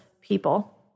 people